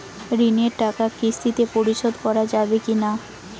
ঋণের টাকা কিস্তিতে পরিশোধ করা যাবে কি না?